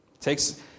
Takes